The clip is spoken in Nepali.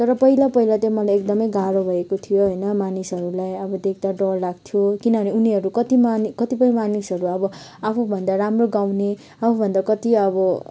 तर पहिला पहिला चाहिँ मलाई एकदमै गाह्रो भएको थियो होइन मानिसहरूलाई अब देख्दा डर लाग्थ्यो किनभने उनीहरू कति मानि कतिपय मानिसहरू अब आफूभन्दा राम्रो गाउने आफूभन्दा कति अब